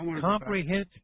Comprehend